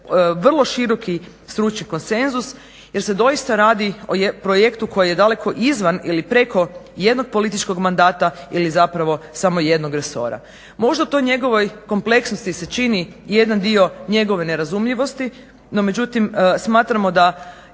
vrlo široki stručni konsenzus jer se doista radi o projektu koji je daleko izvan ili preko jednog političkog mandata ili zapravo samo jednog resora. Možda u toj njegovoj kompleksnosti se čini jedan dio njegove nerazumljivosti no međutim smatramo da